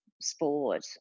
sport